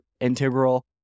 integral